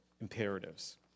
imperatives